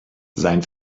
sein